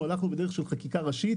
אנחנו הלכנו בדרך של חקיקה ראשית